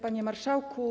Panie Marszałku!